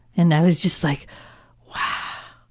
and that was just like wow!